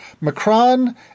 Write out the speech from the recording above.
Macron